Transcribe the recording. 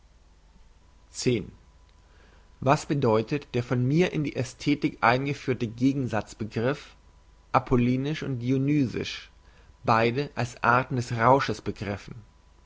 was bedeutet der von mir in die ästhetik eingeführte gegensatz begriff apollinisch und dionysisch beide als arten des rausches begriffen